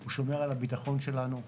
הוא שומר על הביטחון שלנו.